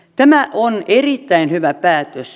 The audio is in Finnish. tämä on erittäin hyvä päätös